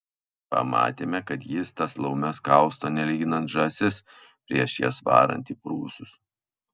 pamatėme kad jis tas laumes kausto nelyginant žąsis prieš jas varant į prūsus